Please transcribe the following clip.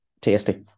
Tasty